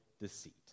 deceit